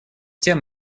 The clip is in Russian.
тем